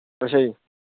ਅੱਛਾ ਜੀ